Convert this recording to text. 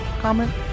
comment